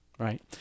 Right